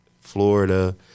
Florida